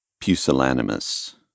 pusillanimous